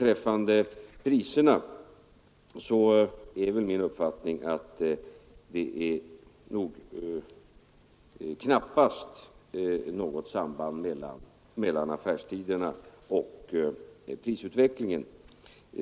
Vad priserna angår så är min uppfattning att det knappast finns något samband mellan affärstiderna och prisutvecklingen.